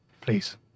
Please